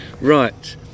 right